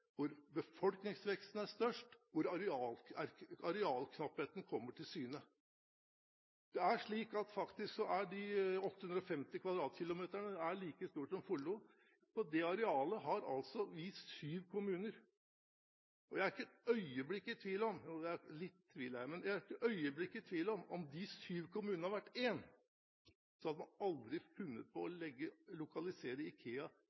hvor befolkningsveksten er størst og arealknappheten kommer til syne. Faktisk er de 850 km2-ene like stort som Follo. På det arealet har vi altså syv kommuner. Jeg er ikke et øyeblikk i tvil om – litt i tvil er jeg – at om de syv kommunene hadde vært én kommune, hadde man aldri funnet på å lokalisere IKEA